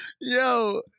Yo